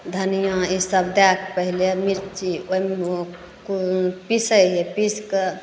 धनियाँमे ईसब दैके पहिले मिरची ओहिमे ओ पिसै हिए पीसिके